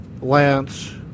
Lance